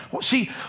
See